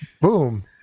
boom